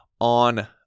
on